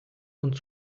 und